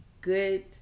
good